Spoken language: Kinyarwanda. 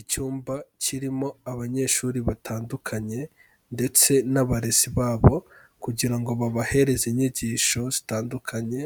Icyumba kirimo abanyeshuri batandukanye ndetse n'abarezi babo, kugira ngo babahereze inyigisho zitandukanye